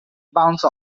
bounce